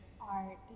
art